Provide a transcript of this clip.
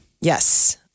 Yes